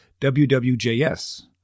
WWJS –